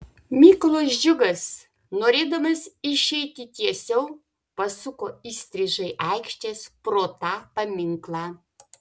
mykolas džiugas norėdamas išeiti tiesiau pasuko įstrižai aikštės pro tą paminklą